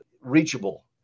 reachable